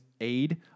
aid